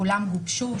כולם גובשו,